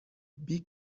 big